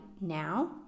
now